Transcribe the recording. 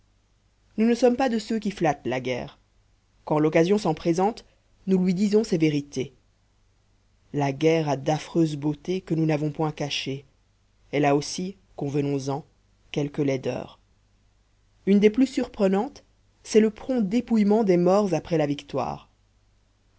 nous ne sommes pas de ceux qui flattent la guerre quand l'occasion s'en présente nous lui disons ses vérités la guerre a d'affreuses beautés que nous n'avons point cachées elle a aussi convenons en quelques laideurs une des plus surprenantes c'est le prompt dépouillement des morts après la victoire